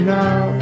now